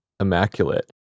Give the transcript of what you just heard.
Immaculate